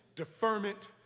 deferment